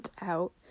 out